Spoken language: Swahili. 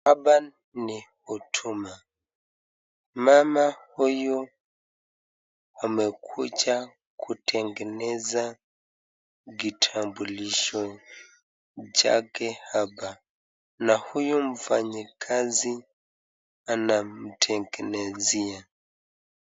Hapa ni huduma, mama huyu amekuja kutengeneza kitambulisho chake hapa, na huyu mfanyikazi anamtengenezea.